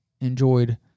enjoyed